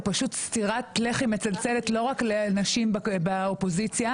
פשוט סטירת לחי מצלצלת לא רק לנשים באופוזיציה,